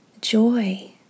joy